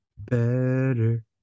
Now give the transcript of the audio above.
better